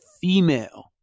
female